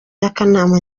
y’akanama